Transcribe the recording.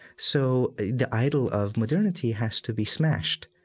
so the idol of modernity has to be smashed.